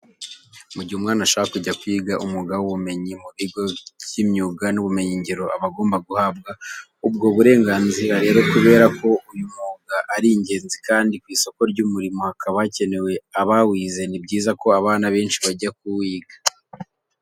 Mu gihe umwana ashaka kujya kwiga umwuga w'ububumbyi mu bigo by'imyuga n'ubumenyingiro aba agomba guhabwa ubwo burenganzira. Rero kubera ko uyu mwuga ari ingenzi kandi ku isoko ry'umurimo hakaba hakenewe abawize, ni byiza ko abana benshi bajya kuwiga.